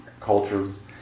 cultures